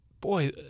boy